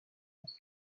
més